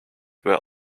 were